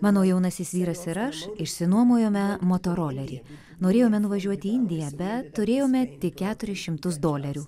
mano jaunasis vyras ir aš išsinuomojome motorolerį norėjome nuvažiuot į indiją bet turėjome tik keturis šimtus dolerių